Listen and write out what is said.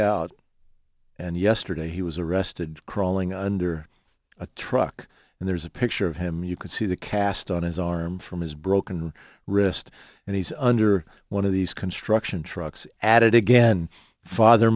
out and yesterday he was arrested crawling under a truck and there's a picture of him you can see the cast on his arm from his broken wrist and he's under one of these construction trucks added again father